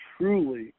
truly